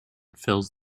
fills